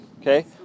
okay